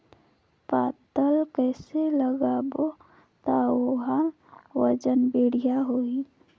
पातल कइसे लगाबो ता ओहार वजन बेडिया आही?